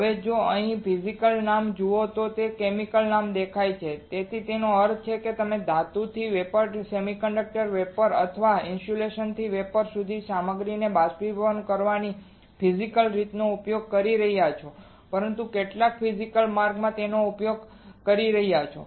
હવે જો તમે અહીં ફિઝિકલ નામ જુઓ છો તો તમને કેમિકલ નામ દેખાય છે તેનો અર્થ એ છે કે તમે ધાતુથી વેપોર સેમિકન્ડક્ટરથી વેપોર અથવા ઇન્સ્યુલેટરથી વેપોર સુધી સામગ્રીને બાષ્પીભવન કરવાની ફિઝિકલ રીતનો ઉપયોગ કરી રહ્યા છો પરંતુ કેટલાક ફિઝિકલ માર્ગનો ઉપયોગ કરી રહ્યા છો